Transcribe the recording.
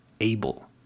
able